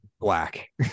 black